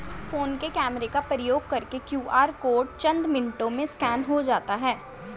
phone के camera का प्रयोग करके क्यू.आर कोड चंद मिनटों में स्कैन हो जाता है